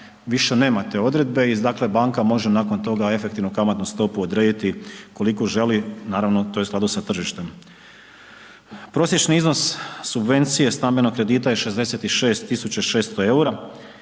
više nema te odredbe i dakle, banka može nakon toga efektivnu kamatnu stopu odrediti koliku želi, naravno, to je u skladu sa tržištem. Prosječni iznos subvencije stambenog kredita je 66.600,00